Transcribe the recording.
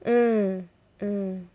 mm mm